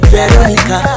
Veronica